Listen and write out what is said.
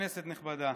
כנסת נכבדה,